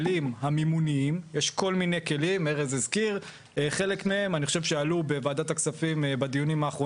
אם אתם תעלבו לא תוכלו להיות חברי כנסת אף